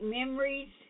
memories